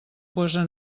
posa